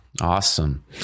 Awesome